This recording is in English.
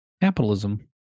capitalism